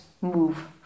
move